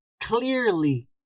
clearly